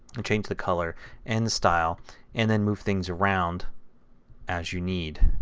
and change the color and the style and then move things around as you need.